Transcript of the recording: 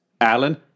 Alan